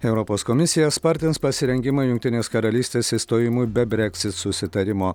europos komisija spartins pasirengimą jungtinės karalystės išstojimui be breksit susitarimo